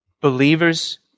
believers